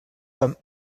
comme